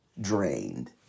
drained